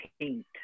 paint